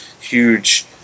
huge